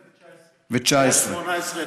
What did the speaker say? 70,019. היו 70,018,